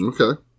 Okay